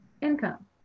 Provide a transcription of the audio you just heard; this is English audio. income